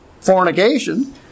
fornication